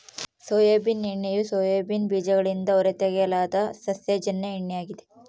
soybean ಎಣ್ಣೆಯು soybean ಬೀಜಗಳಿಂದ ಹೊರತೆಗೆಯಲಾದ ಸಸ್ಯಜನ್ಯ ಎಣ್ಣೆ ಆಗಿದೆ